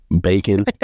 bacon